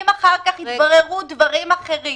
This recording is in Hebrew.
אם אחר כך יתבררו דברים אחרים